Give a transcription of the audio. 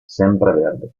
sempreverde